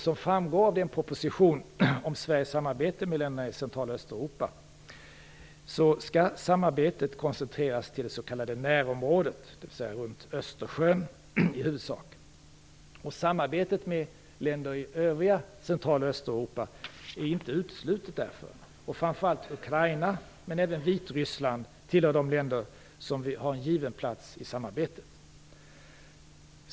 Som framgår av den proposition om Sveriges samarbete med länderna i Central och Östeuropa skall samarbetet koncentreras till det s.k. närområdet, dvs. länderna och regionerna runt Östersjön. Samarbetet med övriga länder i Central och Östeuropa är emellertid inte uteslutet, och framför allt Ukraina men även Vitryssland tillhör de länder som utanför närområdet har en given plats i samarbetet.